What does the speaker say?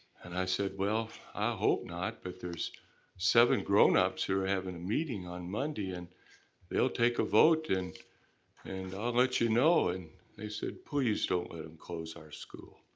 and i said, well, i hope not but there's seven grownups who are having a meeting on monday and they'll take a vote and and i'll let you know and they said, please don't let them close our school.